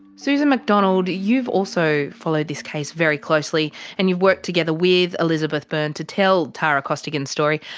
susan mcdonald, you've also followed this case very closely and you've worked together with elizabeth byrne to tell tara costigan's story.